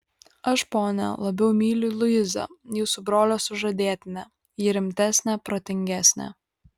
aš ponia labiau myliu luizą jūsų brolio sužadėtinę ji rimtesnė protingesnė